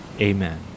Amen